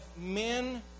men